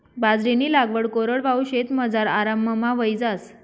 बाजरीनी लागवड कोरडवाहू शेतमझार आराममा व्हयी जास